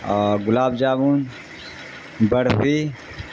اور گلاب جامن برفی